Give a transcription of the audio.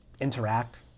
interact